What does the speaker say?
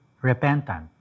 repentant